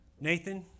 Nathan